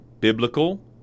biblical